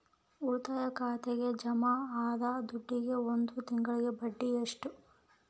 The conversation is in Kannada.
ಉಳಿತಾಯ ಖಾತೆಗೆ ಜಮಾ ಆದ ದುಡ್ಡಿಗೆ ಒಂದು ತಿಂಗಳ ಬಡ್ಡಿ ಎಷ್ಟು?